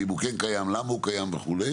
ואם הוא כן קיים למה הוא קיים וכו'.